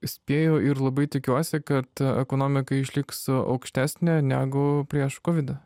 spėju ir labai tikiuosi kad ekonomika išliks aukštesnė negu prieš kovidą